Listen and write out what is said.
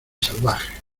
salvajes